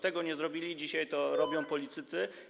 Tego nie zrobiono i dzisiaj to robią politycy.